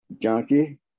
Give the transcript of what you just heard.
junkie